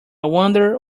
wonder